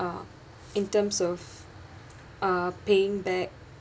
uh in terms of uh paying back